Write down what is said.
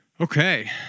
Okay